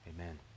amen